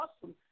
awesome